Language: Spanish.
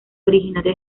originaria